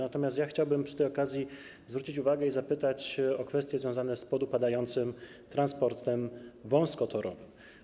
Natomiast chciałbym przy tej okazji zwrócić uwagę i zapytać o kwestie związane z podupadającym transportem wąskotorowym.